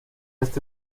este